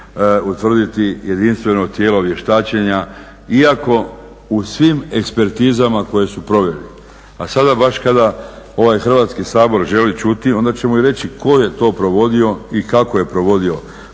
iako u svim ekspertizama koje su proveli, a sada baš kada ovaj Hrvatski sabor želi čuti onda ćemo i reći tko je to provodio i kako je provodio,